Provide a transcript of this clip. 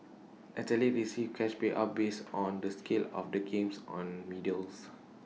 athletes receive cash payouts are based on the scale of the games on medals